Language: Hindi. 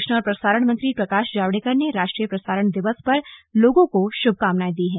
सूचना और प्रसारण मंत्री प्रकाश जावडेकर ने राष्ट्रीय प्रसारण दिवस पर लोगों को शुभकामनाएं दी हैं